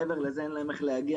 ומעבר לזה כבר אין להם איך להגיע.